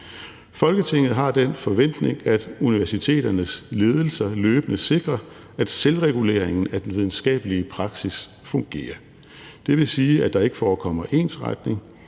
»Folketinget har den forventning, at universiteternes ledelser løbende sikrer, at selvreguleringen af den videnskabelige praksis fungerer. Det vil sige, at der ikke forekommer ensretning,